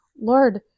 Lord